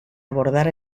abordar